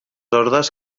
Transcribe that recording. ordes